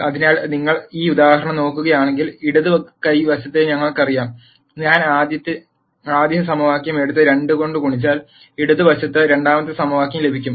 അതിനാൽ നിങ്ങൾ ഈ ഉദാഹരണം നോക്കുകയാണെങ്കിൽ ഇടത് കൈ വശത്തെ ഞങ്ങൾക്കറിയാം ഞാൻ ആദ്യ സമവാക്യം എടുത്ത് 2 കൊണ്ട് ഗുണിച്ചാൽ ഇടത് വശത്ത് രണ്ടാമത്തെ സമവാക്യം ലഭിക്കും